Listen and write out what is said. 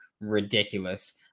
ridiculous